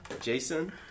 Jason